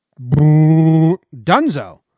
dunzo